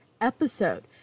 episode